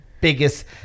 biggest